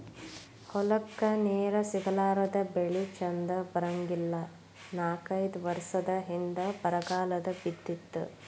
ಹೊಲಕ್ಕ ನೇರ ಸಿಗಲಾರದ ಬೆಳಿ ಚಂದ ಬರಂಗಿಲ್ಲಾ ನಾಕೈದ ವರಸದ ಹಿಂದ ಬರಗಾಲ ಬಿದ್ದಿತ್ತ